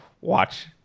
watch